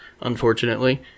unfortunately